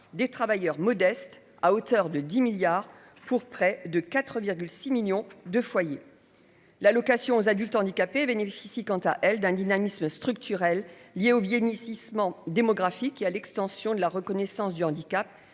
des travailleurs modestes à hauteur de 10 milliards pour près de 4 6 millions de foyers, l'allocation aux adultes handicapés bénéficient quant à elles d'un dynamisme liée aux viennent ici Isman démographique et à l'extension de la reconnaissance du handicap,